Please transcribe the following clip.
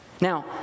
Now